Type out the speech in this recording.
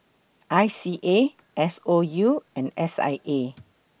I C A S O U and S I A